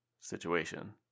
situation